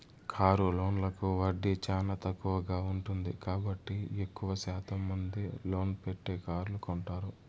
car లోన్లకు వడ్డీ చానా తక్కువగా ఉంటుంది కాబట్టి ఎక్కువ శాతం మంది లోన్ పెట్టే కార్లు కొంటారు